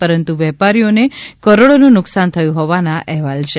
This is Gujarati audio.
પરંતુ વેપારીઓનું કરોડોનું નુકસાન થયું હોવાના અહેવાલ છે